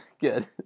good